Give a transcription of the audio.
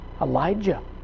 Elijah